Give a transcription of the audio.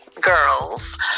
girls